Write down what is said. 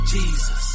Jesus